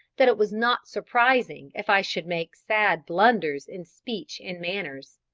that it was not surprising if i should make sad blunders in speech and manners.